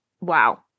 Wow